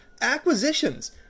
Acquisitions